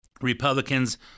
republicans